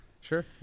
Sure